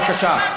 בבקשה.